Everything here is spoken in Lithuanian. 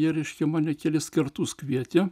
jie reiškia mane kelis kartus kvietė